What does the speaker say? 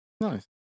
Nice